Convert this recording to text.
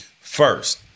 first